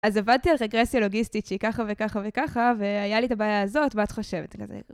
אז עבדתי על רגרסיה לוגיסטית, שהיא ככה וככה וככה, והיה לי את הבעיה הזאת, מה את חושבת? כזה